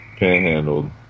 panhandled